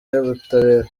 y’ubutabera